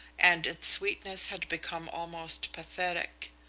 and its sweetness had become almost pathetic.